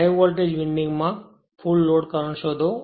high voltage winding માં full load current શોધો